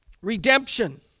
Redemption